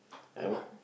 why not